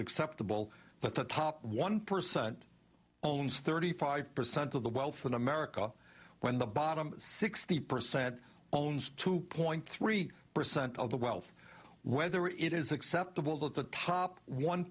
acceptable that the top one percent owns thirty five percent of the wealth in america when the bottom sixty percent owns two point three percent of the wealth whether it is acceptable that the top one